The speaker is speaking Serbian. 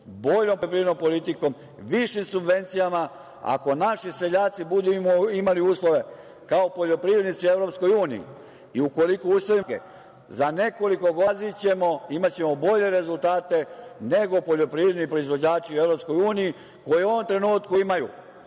poljoprivrednom politikom, više subvencijama… Ako naši seljaci budu imali uslove kao poljoprivrednici u EU i ukoliko usvojimo koncept Danske, za nekoliko godina zgazićemo, imaćemo bolje rezultate nego poljoprivredni proizvođači u EU koji u ovom trenutku imaju